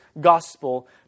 gospel